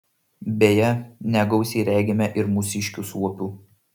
beje negausiai regime ir mūsiškių suopių